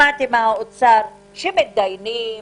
שמעתי מהאוצר שמתדיינים,